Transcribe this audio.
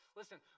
listen